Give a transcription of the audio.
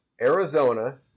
Arizona